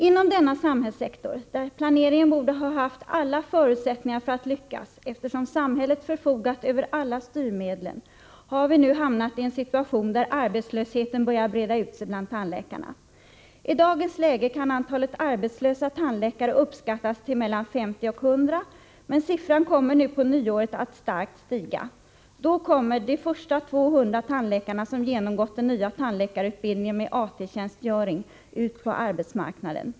Inom denna samhällssektor, där planeringen borde ha haft alla förutsättningar för att lyckas eftersom samhället förfogar över alla styrmedlen, har vi nu hamnat i en situation där arbetslösheten börjar breda ut sig bland tandläkarna. I dagens läge kan antalet arbetslösa tandläkare uppskattas till mellan 50 och 100, men antalet kommer nu på nyåret att starkt stiga. Då kommer de första 200 tandläkare som genomgått den nya tandläkarutbildningen med AT-tjänstgöring ut på arbetsmarknaden.